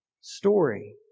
story